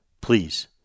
Please